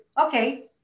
Okay